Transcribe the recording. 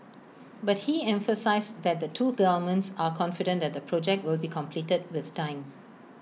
but he emphasised that the two governments are confident that the project will be completed with time